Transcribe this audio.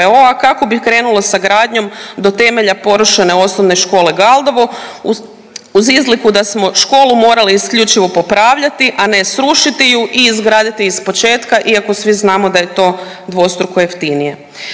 kako bi krenulo sa gradnjom do temelja porušene osnovne škole Galdovo uz, uz izliku da smo školu morali isključivo popravljati, a ne srušiti ju i izgraditi iz početka iako svi znamo da je to dvostruko jeftinije.